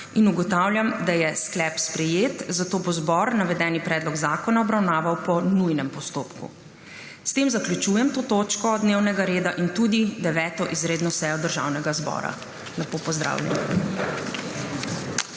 Ugotavljam, da je sklep sprejet, zato bo zbor navedeni predlog zakona obravnaval po nujnem postopku. S tem zaključujem to točko dnevnega reda in tudi 9. izredno sejo Državnega zbora. Lepo pozdravljeni!